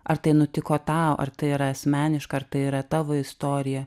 ar tai nutiko tau ar tai yra asmeniška ar tai yra tavo istorija